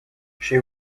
she